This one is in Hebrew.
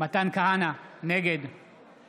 מתן כהנא, נגד